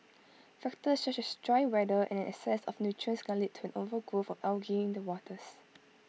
factors such as dry weather and an excess of nutrients can lead to an overgrowth of algae in the waters